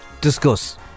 Discuss